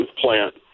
plant